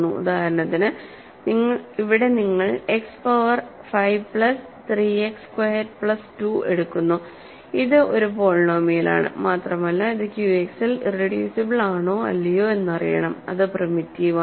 ഉദാഹരണത്തിന് ഇവിടെ നിങ്ങൾ x power 5 plus 3 x squared plus 2 എടുക്കുന്നു ഇത് ഒരു പോളിനോമിയലാണ് മാത്രമല്ല ഇത് ക്യുഎക്സിൽ ഇറെഡ്യൂസിബിൾ ആണോ അല്ലയോ എന്ന് അറിയണം അത് പ്രിമിറ്റീവ് ആണ്